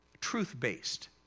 truth-based